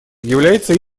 является